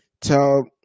tell